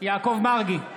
יעקב מרגי,